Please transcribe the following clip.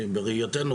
בראייתנו,